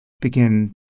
begin